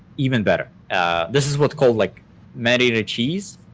even better ah this is what's called like man-eater cheese